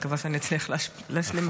אני מקווה שאני אצליח להשלים משפט.